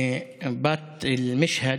בת משהד,